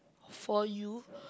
for you